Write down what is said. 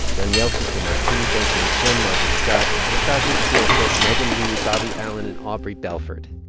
daniel fuster marti benjamin chin, margaret scott, anastasia tsioulcas, megan reid, bobby allyn and aubrey belford.